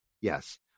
yes